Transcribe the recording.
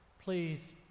please